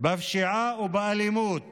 בפשיעה ובאלימות